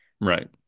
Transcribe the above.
Right